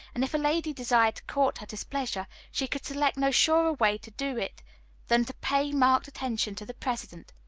and if a lady desired to court her displeasure, she could select no surer way to do it than to pay marked attention to the president.